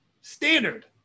standard